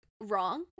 Wrong